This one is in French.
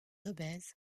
obèse